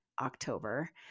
October